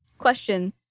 Question